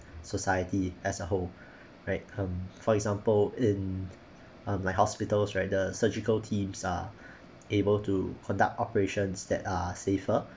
society as a whole right um for example in um like hospitals rider surgical teams are able to conduct operations that are safer